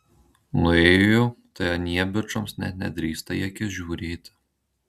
nuėjo tai anie bičams net nedrįsta į akis žiūrėti